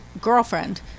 girlfriend